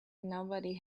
nobody